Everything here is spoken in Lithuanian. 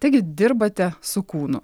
taigi dirbate su kūnu